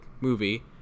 movie